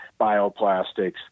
bioplastics